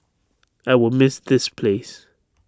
I will miss this place